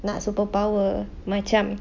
not superpower macam